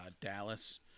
Dallas